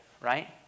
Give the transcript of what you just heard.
right